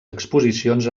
exposicions